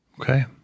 Okay